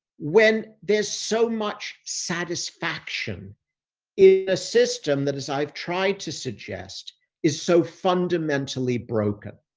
when there's so much satisfaction in the system that as i've tried to suggest is so fundamentally broken.